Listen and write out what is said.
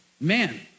Man